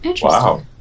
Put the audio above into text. Wow